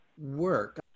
work